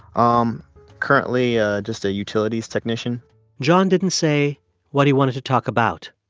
um currently ah just a utilities technician john didn't say what he wanted to talk about.